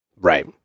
Right